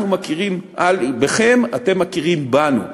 אנחנו מכירים בכם, אתם מכירים בנו.